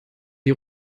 die